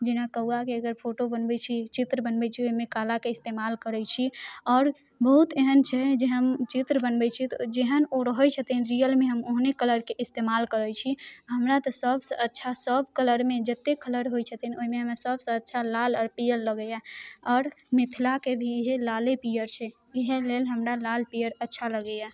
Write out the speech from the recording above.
जेना कौआके अगर फोटो बनबैत छी चित्र बनबैत छी ओहिमे कालाके इस्तेमाल करैत छी आओर बहुत एहन छै जे हम चित्र बनबैत छियै तऽ जेहन ओ रहैत छथिन रियलमे हम ओहने कलरके इस्तेमाल करैत छी हमरा तऽ सभ से अच्छा सभ कलरमे जत्ते कलर होइत छथिन ओहिमे हमरा सभ से अच्छा लाल आओर पीअर लगैया आओर मिथिलाके भी इहे लाले पीअर छै इहे लेल हमरा लाल पीअर अच्छा लगैया